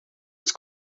els